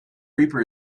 reaper